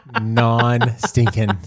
non-stinking